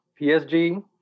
PSG